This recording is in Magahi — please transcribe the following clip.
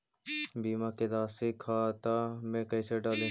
बीमा के रासी खाता में कैसे डाली?